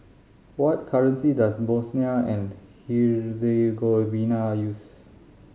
what currency does Bosnia and Herzegovina use